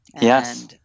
Yes